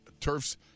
turfs